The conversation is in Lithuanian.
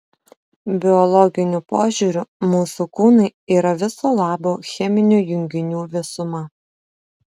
biologiniu požiūriu mūsų kūnai yra viso labo cheminių junginių visuma